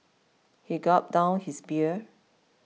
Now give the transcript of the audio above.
he gulped down his beer